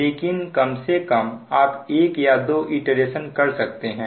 लेकिन कम से कम आप 1 या 2 इटरेशन कर सकते हैं